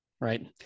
Right